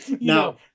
No